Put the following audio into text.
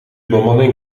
bemanning